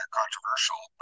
controversial